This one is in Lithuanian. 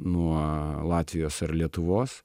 nuo latvijos ar lietuvos